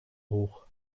hoch